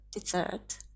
dessert